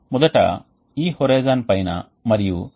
మేము ఇన్లెట్ మరియు అవుట్లెట్ ఆధారంగా ఇక్కడ 1 మరియు 2 ని చేసాము